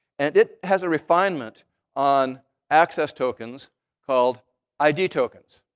and it has a refinement on access tokens called id tokens.